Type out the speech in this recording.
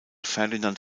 ferdinand